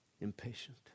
impatient